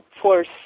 force